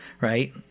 Right